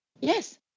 Yes